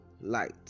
light